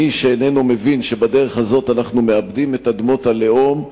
מי שאיננו מבין שבדרך הזאת אנחנו מאבדים את אדמות הלאום,